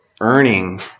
earning